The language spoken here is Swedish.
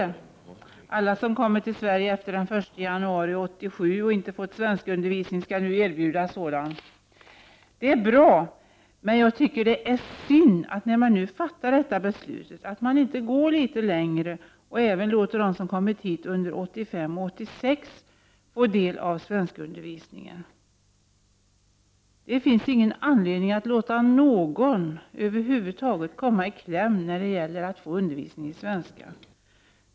Den innebär att alla som har kommit till Sverige efter den 1 januari 1987 och inte har fått någon svenskundervisning nu skall erbjudas sådan. Det är bra. Men när regeringen nu har fattat detta beslut tycker jag att det är synd att den inte går litet längre och låter även dem som har kommit till Sverige under 1985 och 1986 få svenskundervisning. Det finns inte någon anledning att över huvud taget låta någon komma i kläm när det gäller att få undervisning i svenska.